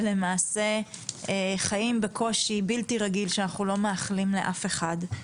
ולמעשה חיים בקושי בלתי רגיל שאנחנו לא מאחלים לאף אחד.